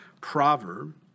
proverb